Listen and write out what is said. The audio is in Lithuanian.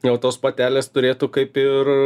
jau tos patelės turėtų kaip ir